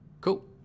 Cool